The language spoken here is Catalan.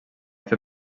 fer